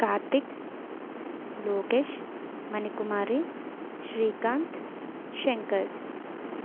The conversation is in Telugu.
కార్తీక్ లోకేష్ మణికుమారి శ్రీకాంత్ శంకర్